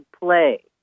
play